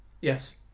Yes